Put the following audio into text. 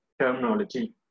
terminology